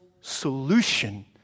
solution